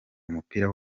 umupira